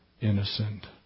innocent